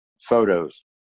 photos